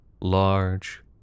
large